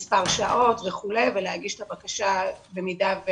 מספר שעות וכו' ולהגיש את הבקשה במידה.